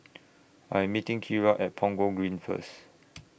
I'm meeting Kira At Punggol Green First